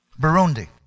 Burundi